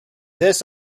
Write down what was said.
this